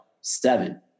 seven